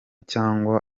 cyangwa